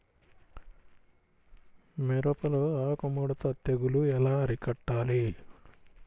మిరపలో ఆకు ముడత తెగులు ఎలా అరికట్టాలి?